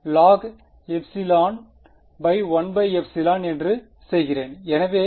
மாணவர் குறிப்பு நேரம் 1151